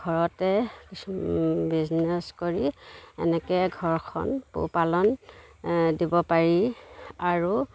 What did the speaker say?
ঘৰতে কিছু বিজনেছ কৰি এনেকৈ ঘৰখন পোহপালন দিব পাৰি আৰু